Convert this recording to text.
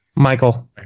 Michael